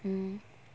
mm